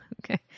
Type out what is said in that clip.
okay